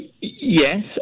yes